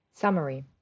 Summary